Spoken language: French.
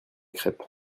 crèpes